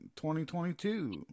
2022